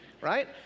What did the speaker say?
right